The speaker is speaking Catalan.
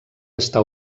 està